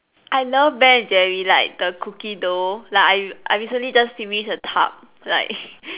I love Ben and Jerry like the cookie dough like I I recently just finish a tub like